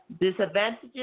Disadvantages